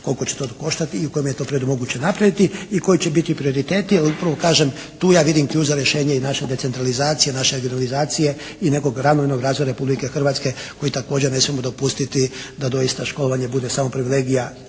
koliko će to koštati i u kojem je to periodu moguće napraviti i koji će biti prioriteti? Ali da prvo kažem tu ja vidim ključ za rješenje i naše decentralizacije, naše generalizacije i nekog ravnomjernog nadzora Republike Hrvatske koji također ne smijemo dopustiti da doista školovanje bude samo privilegija